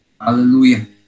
Hallelujah